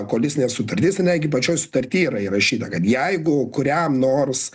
koalicinė sutartis ar ne gi pačioj sutarty yra įrašyta kad jeigu kuriam nors